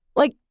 like,